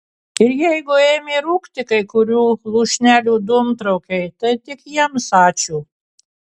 ir jeigu ėmė rūkti kai kurių lūšnelių dūmtraukiai tai tik jiems ačiū